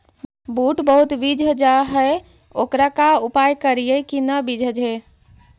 बुट बहुत बिजझ जा हे ओकर का उपाय करियै कि न बिजझे?